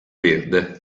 verde